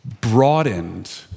broadened